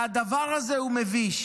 הדבר הזה הוא מביש.